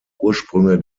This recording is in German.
ursprünge